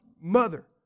mother